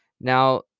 Now